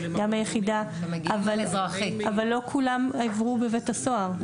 לא כולם עברו בבית הסוהר.